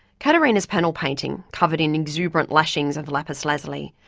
caterina's panel painting, covered in exuberant lashings of lapis lazuli,